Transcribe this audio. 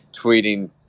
tweeting